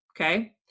okay